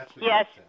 Yes